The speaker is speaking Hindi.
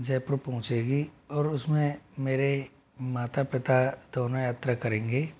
जयपुर पहुँचेगी और उसमें मेरे माता पिता दोनों यात्रा करेंगे